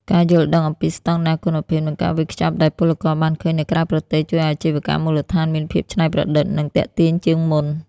ការយល់ដឹងអំពីស្ដង់ដារគុណភាព និងការវេចខ្ចប់ដែលពលករបានឃើញនៅក្រៅប្រទេស ជួយឱ្យអាជីវកម្មមូលដ្ឋានមានភាពច្នៃប្រឌិត និងទាក់ទាញជាងមុន។